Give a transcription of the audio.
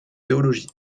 théologie